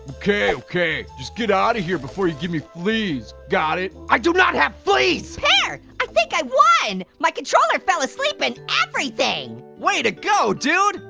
okay, okay, just get out of here before you give me fleas, got it? i do not have fleas! pear, i think i won! my controller fell asleep and everything! way to go dude!